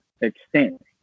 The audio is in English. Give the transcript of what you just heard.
extent